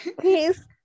please